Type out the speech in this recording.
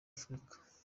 afurika